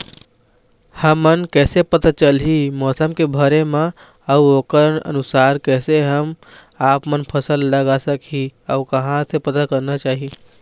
हमन कैसे पता चलही मौसम के भरे बर मा अउ ओकर अनुसार कैसे हम आपमन फसल लगा सकही अउ कहां से पता करना चाही?